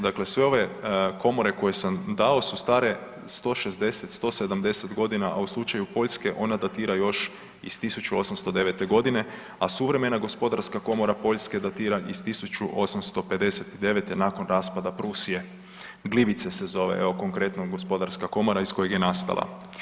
Dakle, sve ove komore koje sam dao su stare 160, 170 godina, a u slučaju Poljske ona datira još iz 1809. godine, a suvremena gospodarska komora Poljske datira iz 1859. nakon raspada Prusije, Glivice se zove, evo konkretno gospodarska komora iz kojeg je nastala.